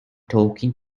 talking